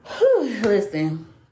Listen